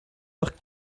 doch